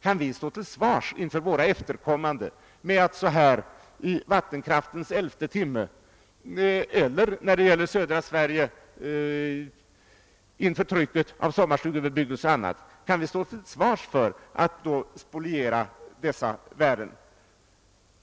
Kan vi stå till svars inför våra efterkommande med att så här i vattenkraftens elfte timme — eller när det gäller södra Sverige inför trycket av sommarstugebebyggelse och annat — spoliera dessa värden?